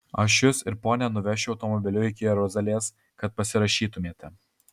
aš jus ir ponią nuvešiu automobiliu iki jeruzalės kad pasirašytumėte